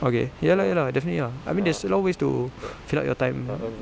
okay ya lah ya lah definitely lah I mean there's still a lot of ways to fill up your time